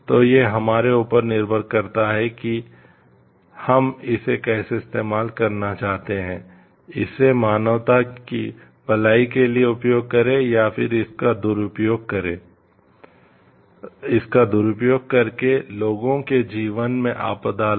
तो ये हमारे ऊपर निर्भर करता है के हम इसे कैसे इस्तेमाल करना चाहते हैं इसे मानवता की भलाई के लिए उपयोग करे या फिर इसका दुरूपयोग कर के लोगो के जीवन में आपदा लाए